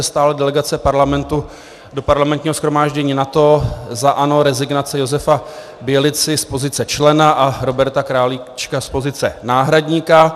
Ze stálé delegace Parlamentu do Parlamentního shromáždění NATO za ANO rezignace Josefa Bělici z pozice člena a Roberta Králíčka z pozice náhradníka.